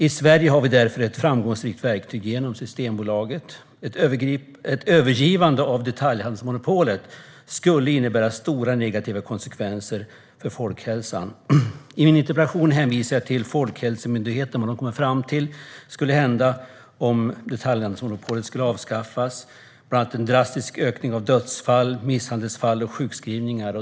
I Sverige har vi därför ett framgångsrikt verktyg genom Systembolaget. Ett övergivande av detaljhandelsmonopolet skulle innebära stora negativa konsekvenser för folkhälsan. I min interpellation hänvisar jag till vad Folkhälsomyndigheten har kommit fram till skulle hända om detaljhandelsmonopolet avskaffades. Det skulle bland annat bli en drastisk ökning av dödsfall, misshandelsfall och sjukskrivningar.